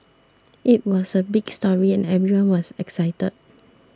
it was a big story and everyone was excited